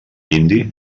indi